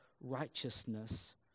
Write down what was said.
righteousness